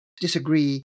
disagree